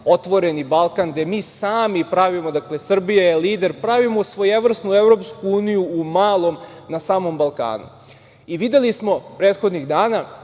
„Otvoreni Balkan“, gde mi sami pravimo, dakle, Srbija je lider, pravimo svojevrsnu EU u malom, na samom Balkanu. Videli smo prethodnih dana